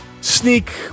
sneak